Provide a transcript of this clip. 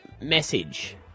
message